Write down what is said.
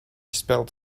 spelled